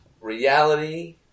reality